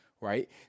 right